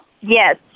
Yes